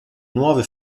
nuove